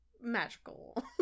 magical